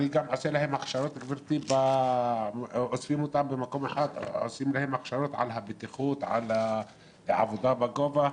אני גם עושה להם הכשרות בטיחות, עבודה בגובה.